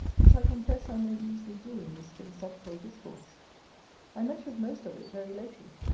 which i confess i may easily do in this philosophical discourse i met with most of it very lately,